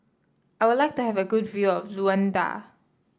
I would like to have a good view of Luanda